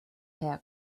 hair